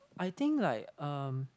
I think like um